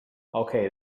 okay